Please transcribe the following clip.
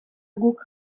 guk